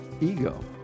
ego